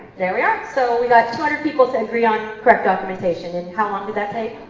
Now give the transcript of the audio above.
there we are. so we got two hundred people to agree on correct optimization, and how long did that take?